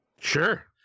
Sure